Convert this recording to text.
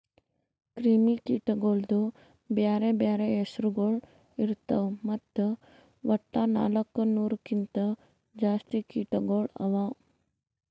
ಕ್ರಿಮಿ ಕೀಟಗೊಳ್ದು ಬ್ಯಾರೆ ಬ್ಯಾರೆ ಹೆಸುರಗೊಳ್ ಇರ್ತಾವ್ ಮತ್ತ ವಟ್ಟ ನಾಲ್ಕು ನೂರು ಕಿಂತ್ ಜಾಸ್ತಿ ಕೀಟಗೊಳ್ ಅವಾ